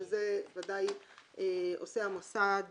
שזה ודאי עושה המוסד,